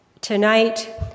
Tonight